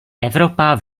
evropa